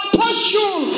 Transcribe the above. passion